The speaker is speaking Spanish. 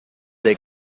the